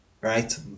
right